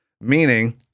Meaning